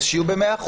אז שיהיו ב-100%,